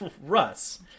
Russ